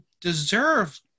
deserve